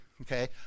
okay